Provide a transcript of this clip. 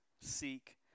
seek